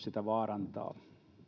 sitä vaarantaa